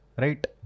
right